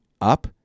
up